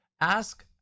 ask